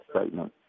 statement